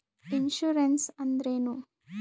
Insurance ಅಂದ್ರೇನು?